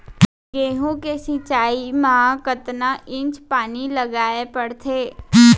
गेहूँ के सिंचाई मा कतना इंच पानी लगाए पड़थे?